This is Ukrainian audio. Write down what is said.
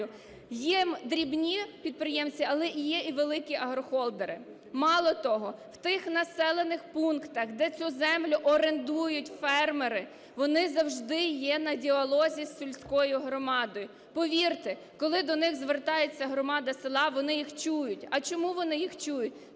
є дрібні підприємці, але є і великі агрохолдери. Мало того, в тих населених пунктах, де цю землю орендують фермери, вона завжди є на діалозі з сільською громадою. Повірте, коли до них звертається громада села, вони їх чують. А чому вони їх чують?